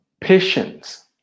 patience